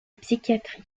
psychiatrie